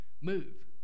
move